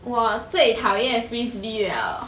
我最讨厌 frisbee liao